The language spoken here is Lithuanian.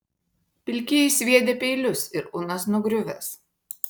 pilkieji sviedę peilius ir unas nugriuvęs